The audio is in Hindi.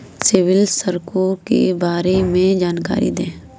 सिबिल स्कोर के बारे में जानकारी दें?